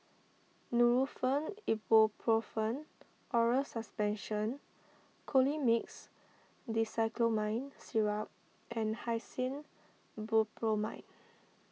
Nurofen Ibuprofen Oral Suspension Colimix Dicyclomine Syrup and Hyoscine Butylbromide